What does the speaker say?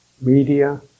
media